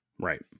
Right